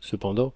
cependant